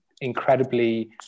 incredibly